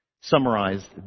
summarized